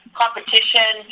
competition